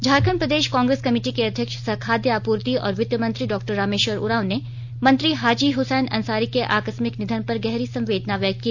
झारखंड प्रदेश कांग्रेस कमेटी के अध्यक्ष सह खाद्य आपूर्ति और वित्त मंत्री डॉ रामेश्वर उरांव ने मंत्री हाजी हसैन अंसारी के आकस्मिक निधन पर गहरी संवेदना व्यक्त की